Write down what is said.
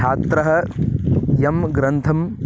छात्रः यं ग्रन्थं